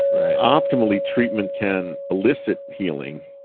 optimally treatment can elicit healing,